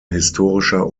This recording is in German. historischer